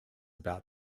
about